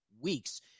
weeks